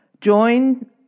Join